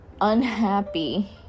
unhappy